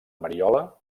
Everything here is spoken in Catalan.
mariola